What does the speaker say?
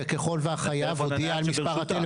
ככל שמופיע אצלה מספר הטלפון הנייד שברשותו.